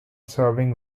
serving